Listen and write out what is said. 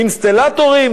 אינסטלטורים,